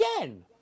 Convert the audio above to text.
again –